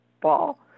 ball